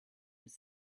was